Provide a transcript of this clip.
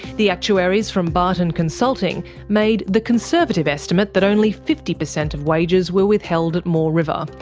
the actuaries from barton consulting made the conservative estimate that only fifty percent of wages were withheld at moore river,